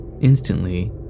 Instantly